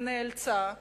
ונאלצה,